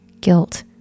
guilt